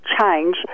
Change